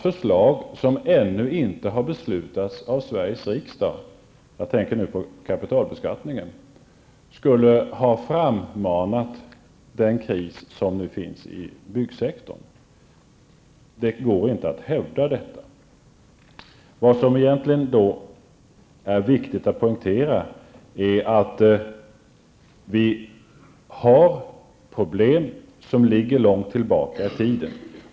Förslag som ännu inte har beslutats av Sveriges riksdag kan ju rimligtvis inte -- jag tänker nu på kapitalbeskattningen -- ha frammanat den kris som nu finns inom byggsektorn. Det går inte att hävda detta. Det är viktigt att poängtera att vi har problem vars ursprung ligger långt tillbaka i tiden.